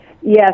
Yes